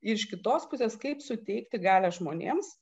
iš kitos pusės kaip suteikti galią žmonėms